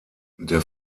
der